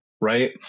right